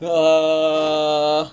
err